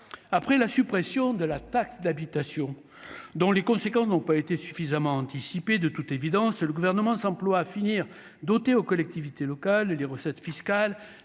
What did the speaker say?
après la suppression de la taxe d'habitation dont les conséquences n'ont pas été suffisamment anticipé de toute évidence, le gouvernement s'emploie à finir doté aux collectivités locales, les recettes fiscales